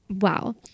wow